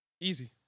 Easy